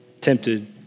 tempted